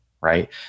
right